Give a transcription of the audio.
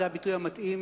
זה הביטוי המתאים,